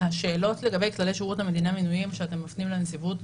השאלות לגבי כללי שירות המדינה (מינויים) שאתם מפנים לנציבות,